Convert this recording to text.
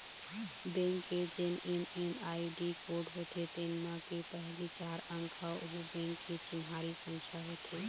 bank के जेन MMID code होथे तेन म के पहिली चार अंक ह ओ बेंक के चिन्हारी संख्या होथे